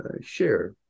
share